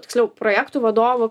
tiksliau projektų vadovų